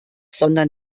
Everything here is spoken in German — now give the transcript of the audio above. sondern